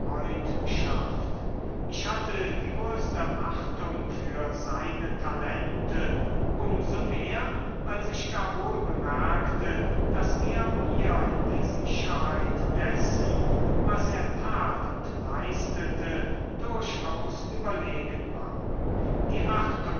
freundschaft ich hatte die größte achtung für seine talente um so mehr als ich gar wohl bemerkte daß er mir in der sicherheit dessen was er tat und leistete durchaus überlegen war